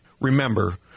Remember